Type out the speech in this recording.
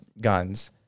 guns